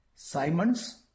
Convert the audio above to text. Simons